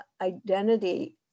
identity